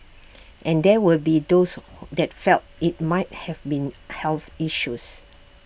and there will be those that felt IT might have been health issues